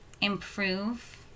improve